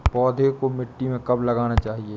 पौधें को मिट्टी में कब लगाना चाहिए?